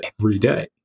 everyday